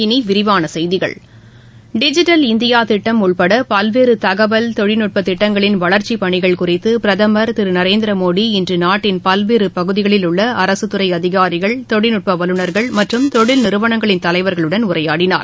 இனிவிரிவானசெய்திகள் டிஜிட்டல் இந்தியாதிட்டம் உள்படபல்வேறுதகவல் தொழில்நுட்பதிட்டங்களின் வளர்ச்சிபணிகள் குறித்துபிரதமர் திருநரேந்திரமோடி இன்றுநாட்டின் பல்வேறுபகுதிகளில் உள்ளஅரசுதுறைஅதிகாரிகள் தொழில்நுட்பவல்லுநர்கள் மற்றும் தொழில் நிறுவனங்களின் தலைவர்களுடன் உரையாடினார்